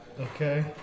Okay